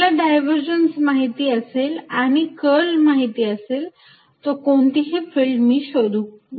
मला डायवरजन्स माहिती असेल आणि कर्ल माहिती असेल तर कुठलीही फिल्ड मी काढू शकतो